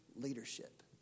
leadership